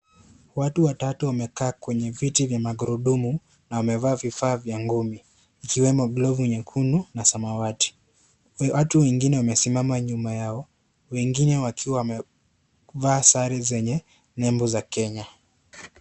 Watu watatu wamekaa kwenye viti vya magurudumu na wamevaa vifaa vya ngumi ikiwemo glovu nyekundu na samawati. Watu wengine wamesimama nyuma yao wengine wakiwa wamevaa sare zenye nembo za Kenya.